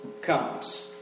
comes